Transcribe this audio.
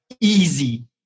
easy